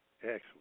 Excellent